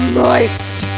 moist